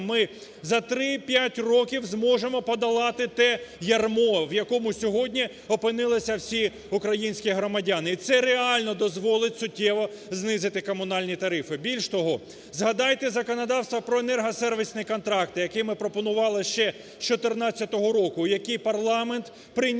три, п'ять років зможемо подолати те ярмо, в якому сьогодні опинилися всі українські громадяни, і це реально дозволить суттєво знизити комунальні тарифи. Більше того, згадайте законодавство про енергосервісні контракти, які ми пропонували ще з 2014 року, які парламент прийняв